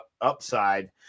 upside